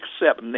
accept